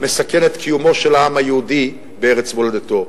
אלא מסכן את קיומו של העם היהודי בארץ מולדתו.